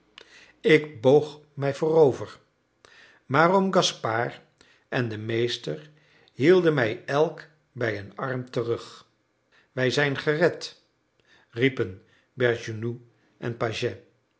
ik boog mij voorover maar oom gaspard en de meester hielden mij elk bij een arm terug wij zijn gered riepen bergounhoux en pagès